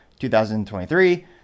2023